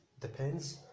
depends